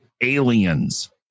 aliens